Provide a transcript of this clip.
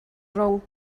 rhwng